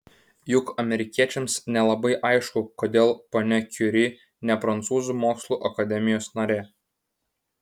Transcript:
juk amerikiečiams nelabai aišku kodėl ponia kiuri ne prancūzų mokslų akademijos narė